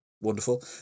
wonderful